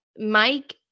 mike